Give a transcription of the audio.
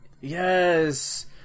yes